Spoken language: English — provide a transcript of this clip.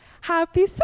happy